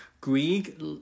Greek